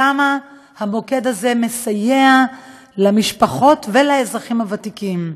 כמה המוקד הזה מסייע למשפחות ולאזרחים הוותיקים.